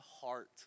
heart